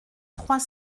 trois